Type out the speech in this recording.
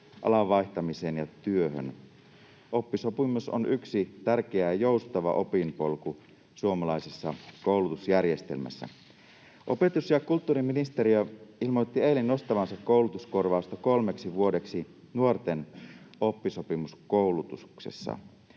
alan vaihtamiseen ja työhön. Oppisopimus on yksi tärkeä, joustava opinpolku suomalaisessa koulutusjärjestelmässä. Opetus‑ ja kulttuuriministeriö ilmoitti eilen nostavansa koulutuskorvausta kolmeksi vuodeksi nuorten oppisopimuskoulutuksessa.